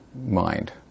mind